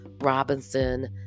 Robinson